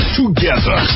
together